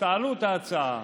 תעלו את ההצעה,